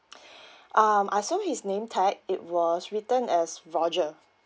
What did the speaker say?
um I saw his name tag it was written as roger